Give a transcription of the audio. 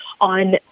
on